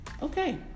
Okay